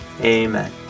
Amen